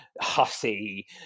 hussy